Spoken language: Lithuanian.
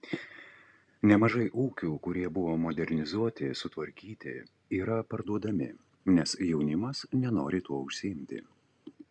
nemažai ūkių kurie buvo modernizuoti sutvarkyti yra parduodami nes jaunimas nenori tuo užsiimti